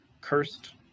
cursed